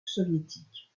soviétique